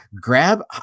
grab